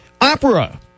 Opera